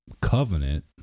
covenant